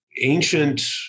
ancient